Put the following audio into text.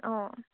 অঁ